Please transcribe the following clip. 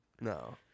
No